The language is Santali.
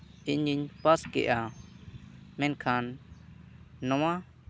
ᱤᱧᱤᱧ ᱯᱟᱥ ᱠᱮᱜᱼᱟ ᱢᱮᱱᱠᱷᱟᱱ ᱱᱚᱣᱟ